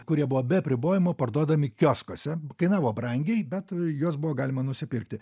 kurie buvo be apribojimų parduodami kioskuose kainavo brangiai bet juos buvo galima nusipirkti